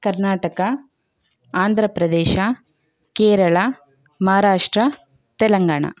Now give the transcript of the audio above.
Karnataka Andhra Pradesh Kerala Maharashtra Telangana